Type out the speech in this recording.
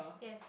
yes